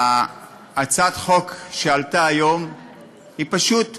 והצעת החוק שעלתה היום היא פשוט צדק.